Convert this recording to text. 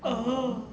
oh